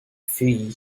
fee